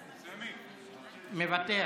מוותר,